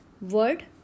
word